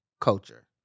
culture